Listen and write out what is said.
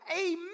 amen